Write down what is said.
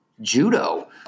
judo